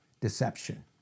deception